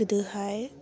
गोदोहाय